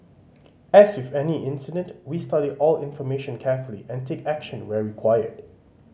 as with any incident we study all information carefully and take action where required